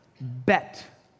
bet